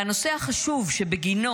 והנושא החשוב שבגינו